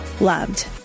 loved